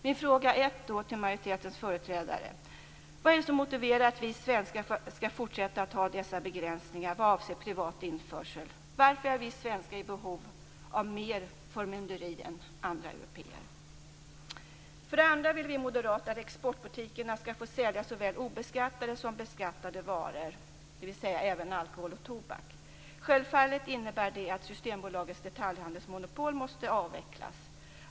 Min första fråga till majoritetens företrädare är: Vad motiverar att vi svenskar skall fortsätta att ha dessa begränsningar vad avser privat införsel? Varför är vi svenskar i behov av mer förmynderi än andra européer? För det andra vill vi moderater att exportbutikerna skall få sälja såväl obeskattade som beskattade varor, dvs. även alkohol och tobak. Självfallet innebär det att Systembolagets detaljhandelsmonopol måste avvecklas.